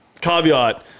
caveat